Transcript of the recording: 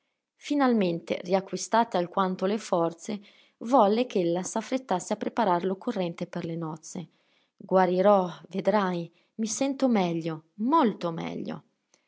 finalmente riacquistate alquanto le forze volle ch'ella s'affrettasse a preparar l'occorrente per le nozze guarirò vedrai i sento meglio molto meglio